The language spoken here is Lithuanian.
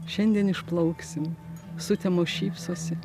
šiandien išplauksim sutemos šypsosi